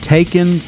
Taken